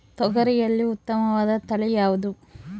ತೊಗರಿಯಲ್ಲಿ ಉತ್ತಮವಾದ ತಳಿ ಯಾವುದು?